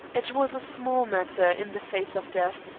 it was a small matter, in the face of death,